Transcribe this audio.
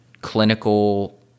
clinical